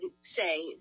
say